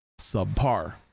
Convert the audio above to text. subpar